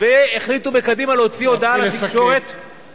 החליטו בקדימה להוציא הודעה לתקשורת, להתחיל לסכם.